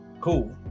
cool